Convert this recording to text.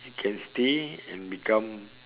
you can stay and become